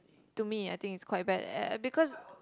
to me I think it's quite bad eh because